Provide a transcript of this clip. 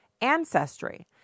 ancestry